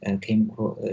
came